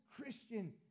Christian